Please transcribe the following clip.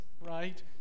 right